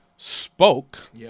spoke